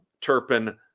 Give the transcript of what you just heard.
Turpin